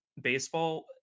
baseball